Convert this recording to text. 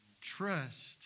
Trust